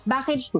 Bakit